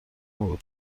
بود